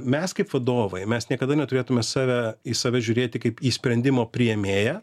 mes kaip vadovai mes niekada neturėtume save į save žiūrėti kaip į sprendimo priėmėją